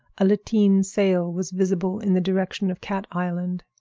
a lateen sail was visible in the direction of cat island,